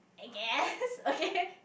I guess okay